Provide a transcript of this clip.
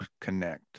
connect